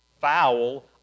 foul